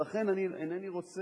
לכן אני אינני רוצה